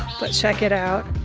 but check it out.